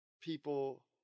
people